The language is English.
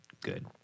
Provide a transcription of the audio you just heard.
good